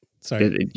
Sorry